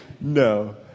No